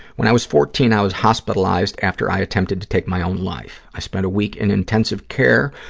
when i was fourteen, i was hospitalized after i attempted to take my own life. i spent a week in intensive care,